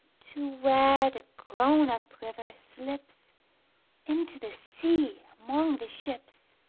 to where the grown-up river slips into the sea among the ships,